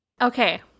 Okay